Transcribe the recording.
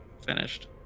finished